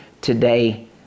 today